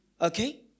Okay